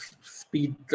speed